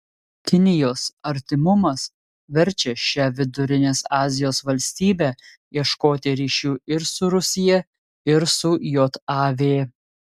kinijos artimumas verčia šią vidurinės azijos valstybę ieškoti ryšių ir su rusija ir su jav